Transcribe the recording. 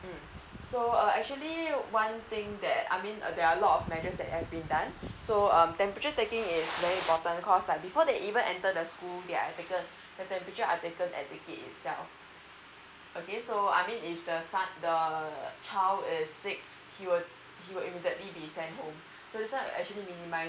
mm so uh actually one thing that I mean uh there are a lot of measures that have been done so um temperature taking is very important cause like before they even enter the school the temperature are taken at the gate itself okay so I mean if the the uh child is sick he will he will immediately be sent home so this one actually minimizes